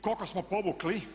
Koliko smo povukli?